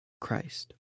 christ